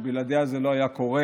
שבלעדיה זה לא היה קורה,